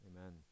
Amen